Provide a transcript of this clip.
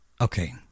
Okay